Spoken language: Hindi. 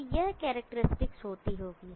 तो यह करैक्टेरिस्टिक्स होती होगी